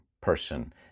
person